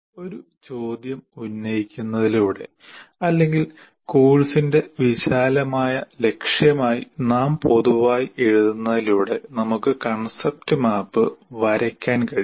ഒരു ചോദ്യം ഉന്നയിക്കുന്നതിലൂടെ അല്ലെങ്കിൽ കോഴ്സിന്റെ വിശാലമായ ലക്ഷ്യമായി നാം പൊതുവായി എഴുതുന്നതിലൂടെ നമുക്ക് കൺസെപ്റ്റ് മാപ്പ് വരയ്ക്കാൻ കഴിയും